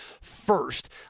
first